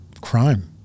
crime